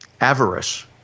avarice